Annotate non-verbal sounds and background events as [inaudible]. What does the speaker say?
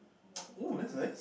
[noise] !oo! that's nice